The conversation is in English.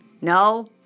No